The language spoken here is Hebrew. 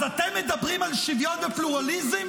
אז אתם מדברים על שוויון ופלורליזם?